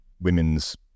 women's